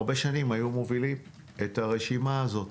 הרבה שנים הם הובילו את הרשימה הזו.